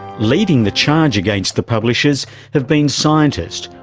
leading the charge against the publishers have been scientists,